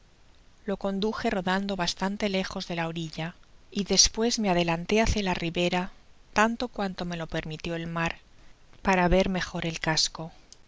lo conduje rodando bastante lejos de la orilla y despues me adelanté hácia la rivera tanto cuanto me lo permitio el mar para ver mejor el easco